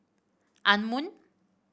Anmum